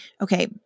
Okay